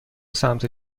سمت